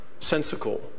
sensical